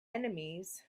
enemies